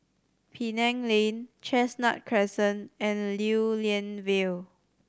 Penang Lane Chestnut Crescent and Lew Lian Vale